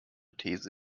these